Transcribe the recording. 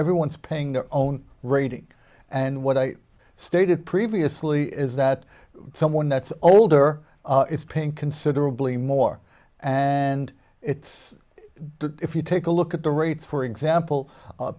everyone's paying their own rating and what i stated previously is that someone that's older is paying considerably more and it's if you take a look at the rates for example